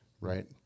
right